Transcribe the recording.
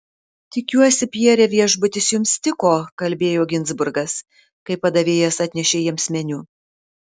tikiuosi pierre viešbutis jums tiko kalbėjo ginzburgas kai padavėjas atnešė jiems meniu